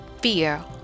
fear